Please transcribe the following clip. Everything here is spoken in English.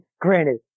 granted